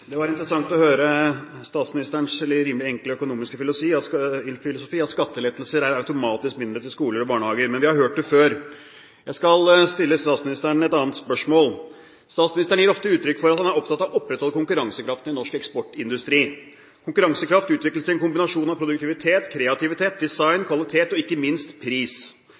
skoler og barnehager, men vi har hørt det før. Jeg skal stille statsministeren et annet spørsmål. Statsministeren gir ofte uttrykk for at han er opptatt av å opprettholde konkurransekraften i norsk eksportindustri. Konkurransekraft utvikles i en kombinasjon av produktivitet, kreativitet, design, kvalitet og ikke minst pris.